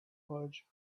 fudge